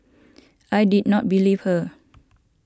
I did not believe her